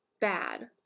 bad